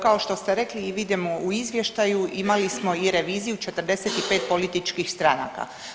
Kao što ste rekli i vidimo u izvještaju imali smo i reviziju 45 političkih stranaka.